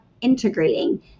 integrating